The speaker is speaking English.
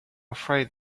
afraid